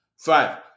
Five